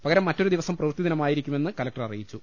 പകരം മറ്റൊരു ദിവസം പ്രവൃത്തിദിനമായിരിക്കു മെന്ന് കലക്ടർ അറിയിച്ചു